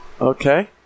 Okay